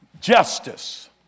Justice